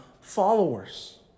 followers